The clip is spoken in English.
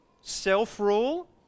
self-rule